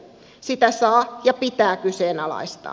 sitä saa ja pitää kyseenalaistaa